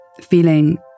feeling